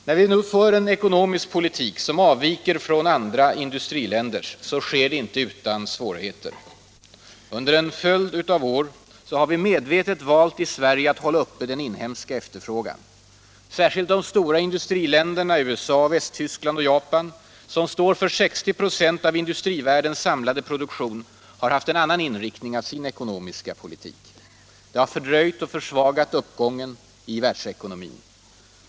När vi för en ekonomisk politik som avviker från många andra industriländers, sker det inte utan svårigheter. Under en följd av år har vi nu medvetet valt i Sverige att hålla uppe den inhemska efterfrågan. Särskilt de stora industriländerna — USA, Västtyskland och Japan, som står för 60 96 av industrivärldens samlade produktion — har haft en annan inriktning av sin ekonomiska politik. Det har fördröjt och försvagat uppgången i världsekonomin.